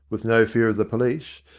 with no fear of the police,